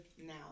now